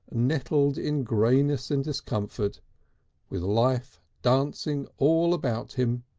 nettled in greyness and discomfort with life dancing all about him